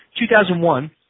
2001